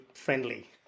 friendly